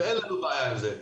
ואין לנו בעיה עם זה.